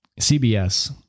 CBS